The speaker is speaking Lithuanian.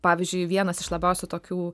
pavyzdžiui vienas iš labiausių tokių